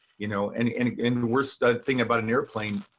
you know. and and the worst ah thing about an airplane,